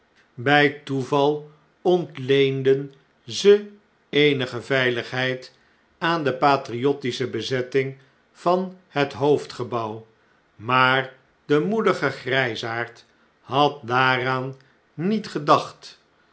bij toeval ontleenden ze eenige veiligheid aan depatriottische bezetting van het hoofdgebouw maar de moedige grjjsaard had daaraan niet ge